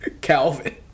Calvin